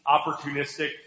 opportunistic